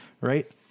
Right